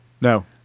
No